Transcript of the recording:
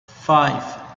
five